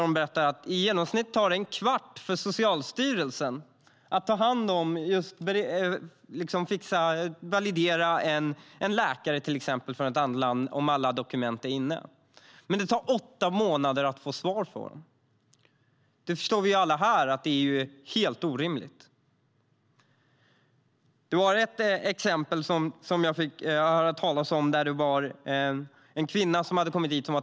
De berättade att det i genomsnitt tar en kvart för Socialstyrelsen att validera en läkare från ett annat land om alla dokument är inne. Men det tar åtta månader att få svar från dem. Att detta är helt orimligt förstår vi alla. Ett exempel jag fått höra talas om gällde en tandläkare som kommit hit.